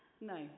No